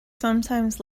sometimes